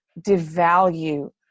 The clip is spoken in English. devalue